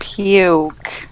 Puke